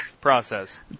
process